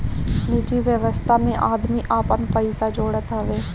निजि व्यवस्था में आदमी आपन पइसा जोड़त हवे